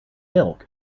milk